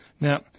Now